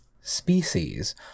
species